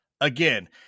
again